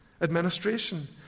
administration